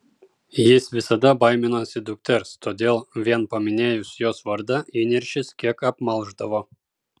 jis visada baiminosi dukters todėl vien paminėjus jos vardą įniršis kiek apmalšdavo